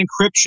encryption